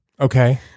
Okay